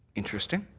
interesting.